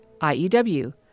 IEW